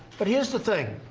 but here is the thing.